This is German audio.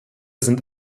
sind